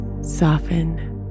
soften